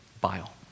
bile